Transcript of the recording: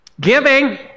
Giving